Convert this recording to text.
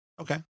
Okay